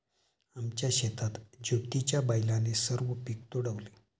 आमच्या शेतात ज्योतीच्या बैलाने सर्व पीक तुडवले